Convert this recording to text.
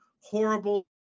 horrible